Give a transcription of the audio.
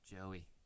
Joey